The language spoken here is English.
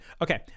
Okay